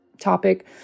topic